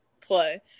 play